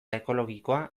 ekologikoa